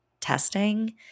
testing